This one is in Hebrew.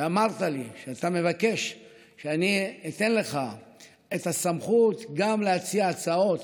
ואמרת לי שאתה מבקש שאני אתן לך את הסמכות גם להציע הצעות,